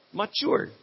mature